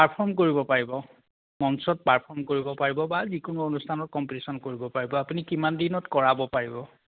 perform কৰিব পাৰিব মঞ্চত পাৰফৰ্ম কৰিব পাৰিব বা যিকোনো অনুষ্ঠানত কম্পিটিশ্যন কৰিব পাৰিব আপুনি কিমান দিনত কৰাব পাৰিব